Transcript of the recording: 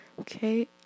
Okay